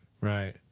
right